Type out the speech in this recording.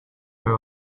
her